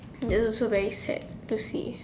it also very sad to see